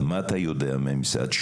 מה אתה יודע מהמשרד?